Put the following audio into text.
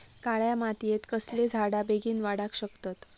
काळ्या मातयेत कसले झाडा बेगीन वाडाक शकतत?